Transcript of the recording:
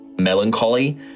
melancholy